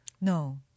No